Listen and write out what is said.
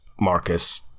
Marcus